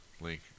link